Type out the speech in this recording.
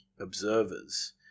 observers